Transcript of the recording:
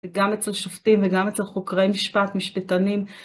וגם אצל שופטים וגם אצל חוקרי משפט, משפטנים.